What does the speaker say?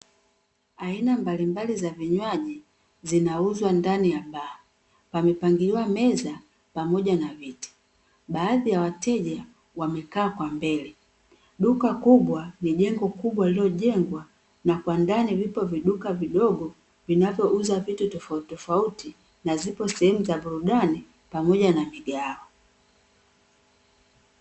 Aina mbalimbali za vinywaji, zinauzwa ndani ya baa, pamepangiliwa meza pamoja na viti, baadhi ya wateja wamekaa kwa mbele, duka kubwa ni jengo kubwa lililojengwa na kwa ndani vipo viduka vidogo vinavyouza vitu tofautitofauti na zipo sehemu za burudani, pamoja na migahawa.